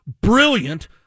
brilliant